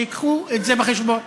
שייקחו את זה בחשבון.